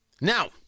Now